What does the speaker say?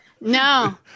No